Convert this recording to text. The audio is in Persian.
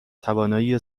توانایی